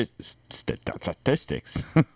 statistics